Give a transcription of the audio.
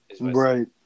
Right